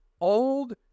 Old